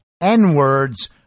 N-words